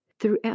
Throughout